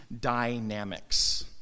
dynamics